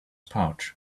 pouch